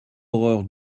horreur